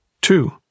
Two